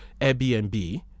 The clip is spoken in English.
Airbnb